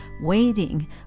waiting